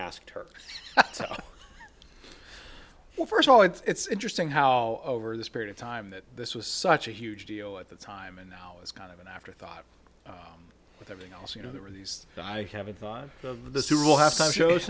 asked her well first of all it's interesting how over this period of time that this was such a huge deal at the time and now it's kind of an afterthought with everything else you know there are these i haven't thought of the super bowl halftime show